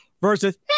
Versus